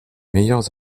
meilleurs